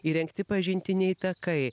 įrengti pažintiniai takai